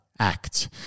Act